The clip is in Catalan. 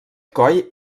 coll